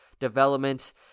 development